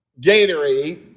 Gatorade